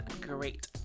great